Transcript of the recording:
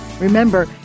Remember